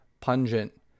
pungent